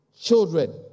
children